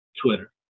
Twitter